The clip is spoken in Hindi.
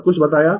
सब कुछ बताया